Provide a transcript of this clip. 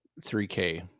3K